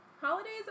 Holidays